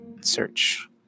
Search